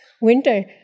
winter